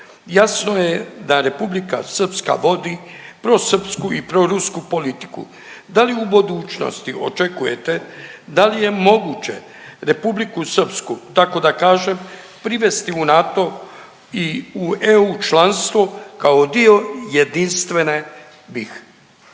Jasno je da Republika Srpska vodi prosrpsku i prorusku politiku. Da li u budućnosti očekujete, da li je moguće RS, tako da kažem, privesti u NATO i u EU članstvo kao dio jedinstvene BiH?